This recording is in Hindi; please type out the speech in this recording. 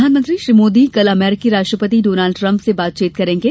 प्रधानमंत्री श्री मोदी कल अमरीकी राष्ट्रपति डॉनल्ड ट्रंप से बातचीत करेंगे